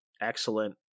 excellent